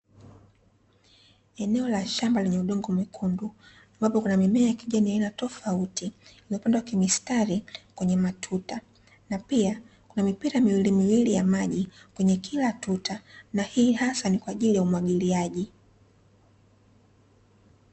Eneo la shamba lenye udongo mwekundu ambapo kuna mimea ya kijani ya aina tofauti, iliopandwa kimistari kwenye matuta na pia kuna mipira miwili miwili ya maji kwenye kila tuta na hii hasa ni kwa ajili ya umwagiliaji.